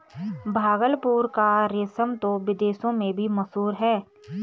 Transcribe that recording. भागलपुर का रेशम तो विदेशों में भी मशहूर है